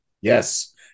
Yes